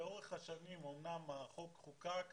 לאורך השנים אמנם החוק חוק אבל